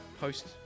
post